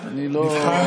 על מי הוא דיבר?